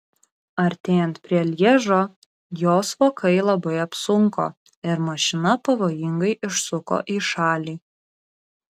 artėjant prie lježo jos vokai labai apsunko ir mašina pavojingai išsuko į šalį